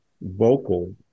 vocal